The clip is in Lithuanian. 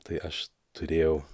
tai aš turėjau